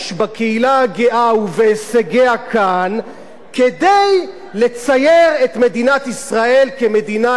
ובהישגיה כאן כדי לצייר את מדינת ישראל כמדינה ליברלית וחופשית.